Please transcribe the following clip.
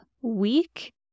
week